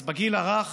אז בגיל הרך